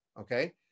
Okay